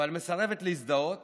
אבל מסרבת להזדהות